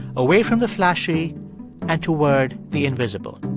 away from the flashy and toward the invisible,